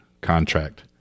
contract